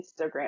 Instagram